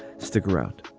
stick around